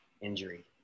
injury